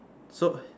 so